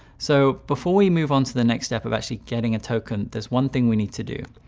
so before we move on to the next step of actually getting a token, there's one thing we need to do.